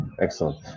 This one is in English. Excellent